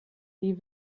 die